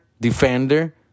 defender